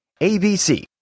ABC